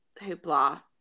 hoopla